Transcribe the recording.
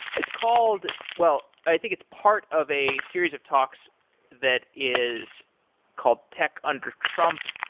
it's called, well i think it's part of a series of talks that is called tech under trump.